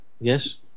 Yes